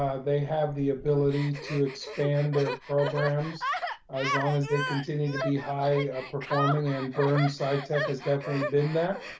ah they have the ability to expand their programs as long as they continue to be high performing and burn science tech has definitely been that.